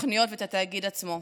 התוכניות והתאגיד עצמו,